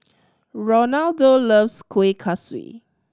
Ronaldo loves Kuih Kaswi